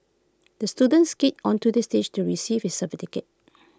the student skated onto the stage to receive his certificate